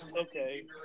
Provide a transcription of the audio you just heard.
okay